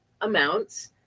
amounts